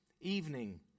Evening